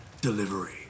delivery